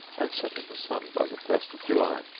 and set in the sun by the first of july,